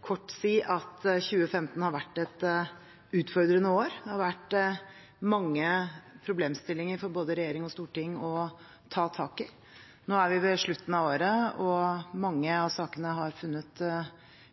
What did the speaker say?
kort si at 2015 har vært et utfordrende år. Det har vært mange problemstillinger for både regjering og storting å ta tak i. Nå er vi ved slutten av året, og mange av sakene har funnet